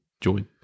join